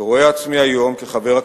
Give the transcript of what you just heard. ואני רואה עצמי היום כחבר הקיבוץ.